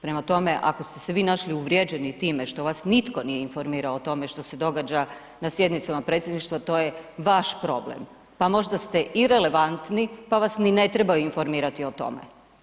Prema tome, ako ste se vi našli uvrijeđeni time što vas nitko nije informirao o tome što se događa na sjednicama predsjedništva, to je vaš problem, pa možda ste irelevantni, pa vas ni ne trebaju informirati o tome.